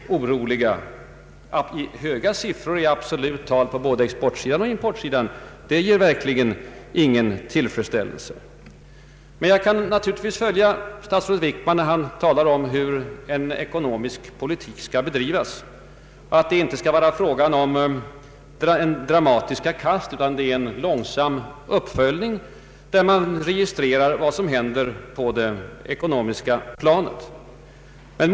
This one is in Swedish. Höga siffror i absoluta tal på både exportoch importsidan ger ju inte någon tillfredsställelse. Jag kan naturligtvis också följa statsrådet Wickman när han säger att den ekonomiska politiken skall bedrivas på sådant sätt att det inte blir fråga om dramatiska kast utan om en uppföljning, under vilken man registrerar vad som händer och anpassar politiken därefter.